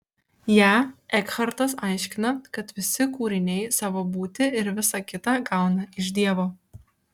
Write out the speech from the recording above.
ją ekhartas aiškina kad visi kūriniai savo būtį ir visa kita gauna iš dievo